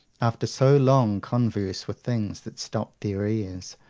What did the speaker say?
after so long converse with things that stopped their ears,